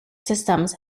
systems